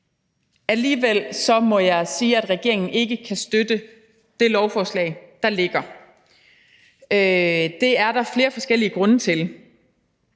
Alligevel må jeg sige, at regeringen ikke kan støtte det beslutningsforslag, der ligger. Det er der flere forskellige grunde til.